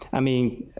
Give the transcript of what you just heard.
i mean,